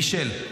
מישל,